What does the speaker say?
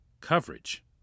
coverage